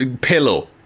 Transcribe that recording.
Pillow